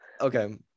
okay